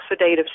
oxidative